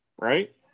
Right